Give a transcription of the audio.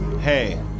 hey